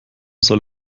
soll